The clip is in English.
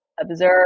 Observe